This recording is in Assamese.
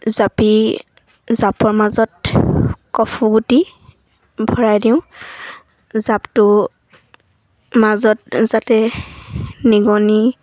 জাপি জাপৰ মাজত কফুগুটি ভৰাই দিওঁ জাপটো মাজত যাতে নিগনি